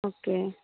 okay